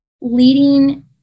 leading